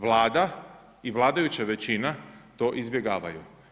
Vlada i vladajuća većina to izbjegavaju.